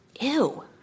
Ew